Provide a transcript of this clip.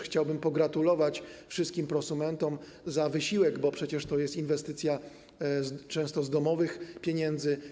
Chciałbym pogratulować wszystkim prosumentom za wysiłek, bo przecież to jest inwestycja często opłacana z domowych pieniędzy.